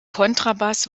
kontrabass